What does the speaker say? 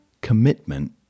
Commitment